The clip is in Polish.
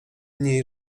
niej